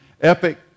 epic